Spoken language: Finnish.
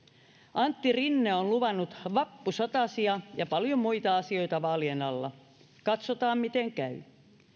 antti rinne on luvannut vappusatasia ja paljon muita asioita vaalien alla katsotaan miten käy